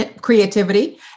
creativity